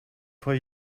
for